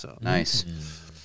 nice